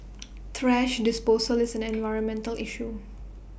thrash disposal is an environmental issue